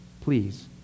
Please